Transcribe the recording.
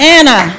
Anna